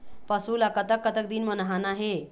पशु ला कतक कतक दिन म नहाना हे?